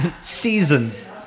Seasons